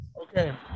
Okay